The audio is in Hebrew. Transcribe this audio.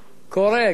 קורה, גפני,